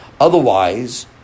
Otherwise